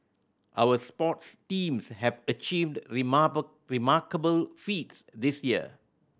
our sports teams have achieved remarkable feats this year